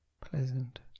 pleasant